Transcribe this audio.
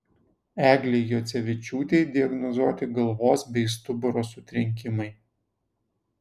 eglei juocevičiūtei diagnozuoti galvos bei stuburo sutrenkimai